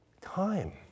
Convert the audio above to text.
time